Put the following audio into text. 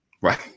Right